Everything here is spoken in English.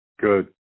Good